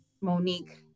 Monique